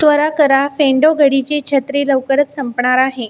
त्वरा करा फेंडो घडीची छत्री लवकरच संपणार आहे